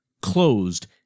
closed